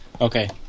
Okay